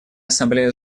ассамблея